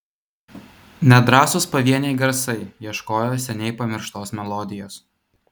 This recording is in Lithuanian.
nedrąsūs pavieniai garsai ieškojo seniai pamirštos melodijos